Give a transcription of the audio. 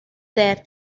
there